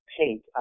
paint